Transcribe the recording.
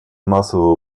массового